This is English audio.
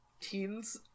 teens